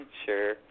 sure